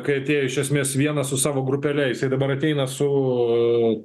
kai atėjo iš esmės vienas su savo grupele jisai dabar ateina su